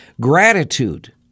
gratitude